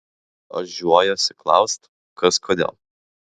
aš žiojuosi klaust kas kodėl